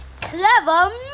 Clever